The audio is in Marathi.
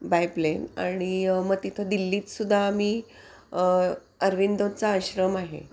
बाय प्लेन आणि मग तिथं दिल्लीत सुद्धा आम्ही अरविंदोंचा आश्रम आहे